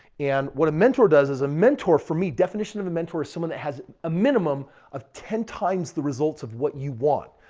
and what a mentor does is a mentor for me, definition of a mentor is someone that has a minimum of ten times the results of what you want.